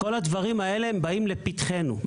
כל הדברים האלה מגיעים לפתחנו.